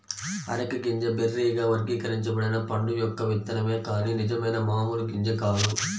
areca గింజ బెర్రీగా వర్గీకరించబడిన పండు యొక్క విత్తనమే కాని నిజమైన మామూలు గింజ కాదు